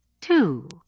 Two